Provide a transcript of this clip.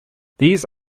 these